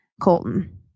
Colton